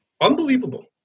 unbelievable